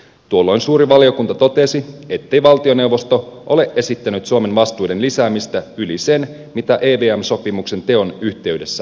tuolloin suuri valiokunta totesi ettei valtioneuvosto ole esittänyt suomen vastuiden lisäämistä yli sen mitä evm sopimuksen teon yhteydessä sovittiin